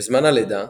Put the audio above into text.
בזמן הלידה,